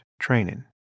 training